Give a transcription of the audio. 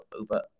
over